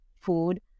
food